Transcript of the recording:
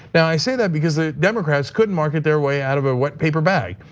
now, i say that because the democrats couldn't market their way out of a wet paper bag.